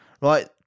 right